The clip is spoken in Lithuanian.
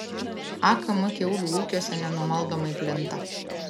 akm kiaulių ūkiuose nenumaldomai plinta